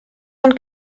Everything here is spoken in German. und